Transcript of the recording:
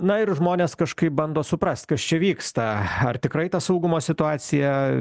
na ir žmonės kažkaip bando suprast kas čia vyksta ar tikrai ta saugumo situacija